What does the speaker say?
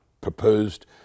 proposed